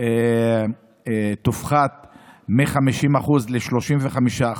תופחת מ-50% ל-35%,